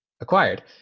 acquired